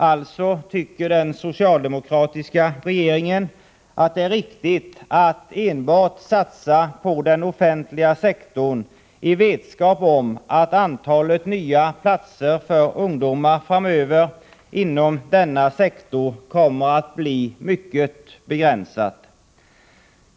Alltså tycker den socialdemokratiska regeringen att det är riktigt att enbart satsa på den offentliga sektorn, trots vetskapen om att antalet nya platser för ungdomar framöver inom denna sektor kommer att bli mycket begränsat.